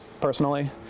personally